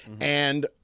And-